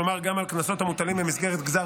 כלומר גם על קנסות המוטלים במסגרת גזר